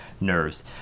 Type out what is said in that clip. nerves